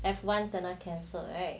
F [one] kena cancelled right